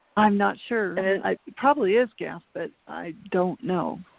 i'm not sure, and it probably is gas, but i don't know.